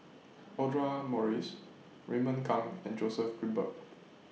Audra Morrice Raymond Kang and Joseph Grimberg